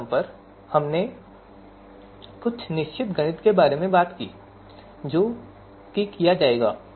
हर कदम पर हमने कुछ निश्चित गणित के बारे में बात की है जो किया जाएगा